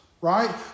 right